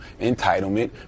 entitlement